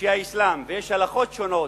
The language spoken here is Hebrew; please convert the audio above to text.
והיא האסלאם, ויש הלכות שונות: